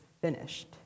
finished